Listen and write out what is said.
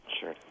Sure